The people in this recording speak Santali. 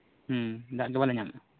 ᱫᱟᱜ ᱜᱮ ᱵᱟᱝᱞᱮ ᱧᱟᱢᱮᱜᱼᱟ